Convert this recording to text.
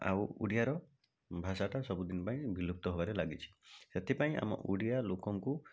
ଆଉ ଓଡ଼ିଆର ଭାଷାଟା ସବୁଦିନ ପାଇଁ ବିଲୁପ୍ତ ହେବାରେ ଲାଗିଛି ସେଥିପାଇଁ ଆମ ଓଡ଼ିଆ ଲୋକଙ୍କୁ